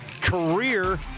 career